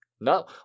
No